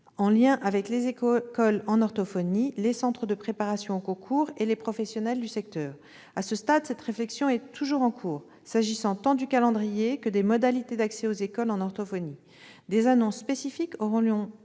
en lien avec les écoles en orthophonie, les centres de préparation au concours et les professionnels du secteur. À ce stade, cette réflexion est toujours en cours, s'agissant tant du calendrier que des modalités d'accès aux écoles en orthophonie. Des annonces spécifiques auront lieu,